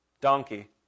Donkey